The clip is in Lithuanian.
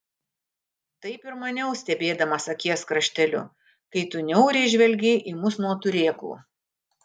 taip ir maniau stebėdamas akies krašteliu kai tu niauriai žvelgei į mus nuo turėklų